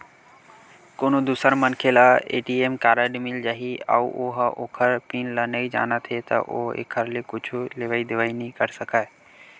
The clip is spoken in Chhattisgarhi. कोनो दूसर मनखे ल ए.टी.एम कारड मिल जाही अउ ओ ह ओखर पिन ल नइ जानत हे त ओ ह एखर ले कुछु लेवइ देवइ नइ कर सकय